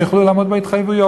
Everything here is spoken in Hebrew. הם יוכלו לעמוד בהתחייבויות,